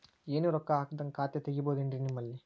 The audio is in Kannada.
ಏನು ರೊಕ್ಕ ಹಾಕದ್ಹಂಗ ಖಾತೆ ತೆಗೇಬಹುದೇನ್ರಿ ನಿಮ್ಮಲ್ಲಿ?